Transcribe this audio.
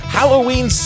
Halloween